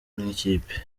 nk’ikipe